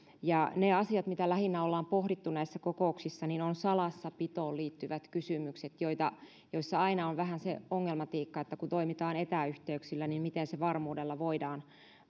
ne asiat mitä lähinnä olemme pohtineet näissä kokouksissa on salassapitoon liittyvät kysymykset joissa aina on vähän se ongelmatiikka että kun toimitaan etäyhteyksillä niin miten se varmuudella voidaan